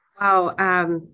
Wow